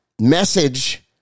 message